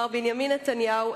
מר בנימין נתניהו,